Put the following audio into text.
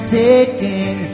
taking